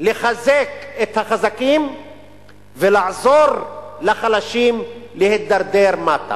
לחזק את החזקים ולעזור לחלשים להתדרדר מטה,